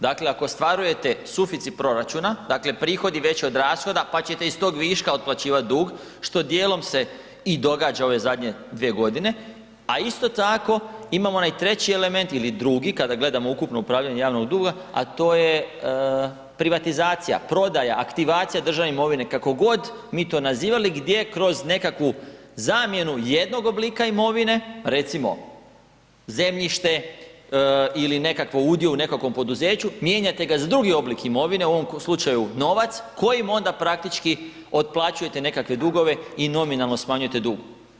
Dakle, ako ostvarujete suficit proračuna, dakle prihodi veći od rashoda pa ćete iz tog viška otplaćivati dug što dijelom se i događa ove zadnje dvije godine, a isto tako imamo onaj treći element ili drugi kada gledamo ukupno upravljanje javnog duga, a to je privatizacija, prodaja, aktivacija državne imovine kako god mi to nazivali gdje kroz nekakvu zamjenu jednog oblika imovine, recimo zemljište ili udio u nekakvom poduzeću mijenjate ga za drugi oblik imovine u ovom slučaju novac kojim onda praktički otplaćujete nekakve dugove i nominalno smanjujete dug.